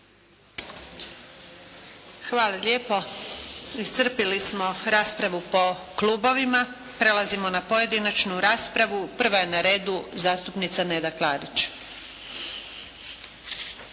Hvala lijepo. Iscrpili smo raspravu po klubovima. Prelazimo na pojedinačnu raspravu. Prva je na redu zastupnica Nedjeljka Klarić.